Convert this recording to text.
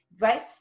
Right